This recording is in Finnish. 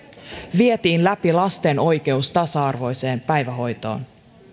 vietiin läpi lasten oikeus tasa arvoiseen päivähoitoon